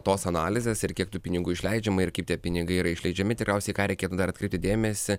tos analizės ir kiek tų pinigų išleidžiama ir kaip tie pinigai yra išleidžiami tikriausiai į ką reikėtų atkreipti dėmesį